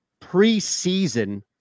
preseason